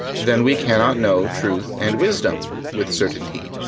then we cannot know truth and wisdom with certainty.